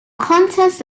contest